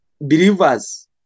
believers